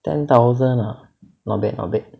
ten thousand not bad not bad